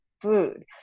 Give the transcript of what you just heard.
food